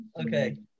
Okay